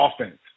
offense